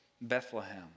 Bethlehem